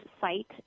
site